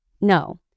No